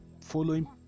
following